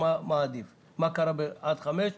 מה קרה עד גיל ארבע ועד גיל חמש.